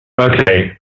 Okay